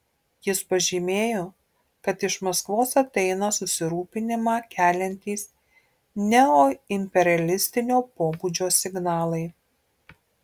jis pažymėjo kad iš maskvos ateina susirūpinimą keliantys neoimperialistinio pobūdžio signalai